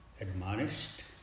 admonished